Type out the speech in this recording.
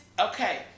okay